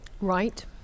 Right